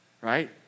right